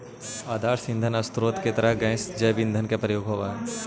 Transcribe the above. आदर्श ईंधन स्रोत के तरह गैस जैव ईंधन के प्रयोग होवऽ हई